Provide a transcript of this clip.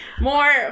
more